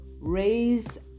raise